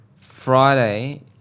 Friday